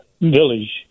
village